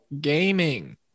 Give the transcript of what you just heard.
Gaming